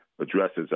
addresses